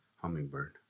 hummingbird